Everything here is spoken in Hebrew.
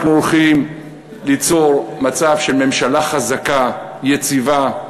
אנחנו הולכים ליצור מצב של ממשלה חזקה, יציבה,